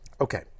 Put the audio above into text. Okay